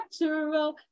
Natural